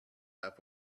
half